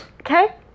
Okay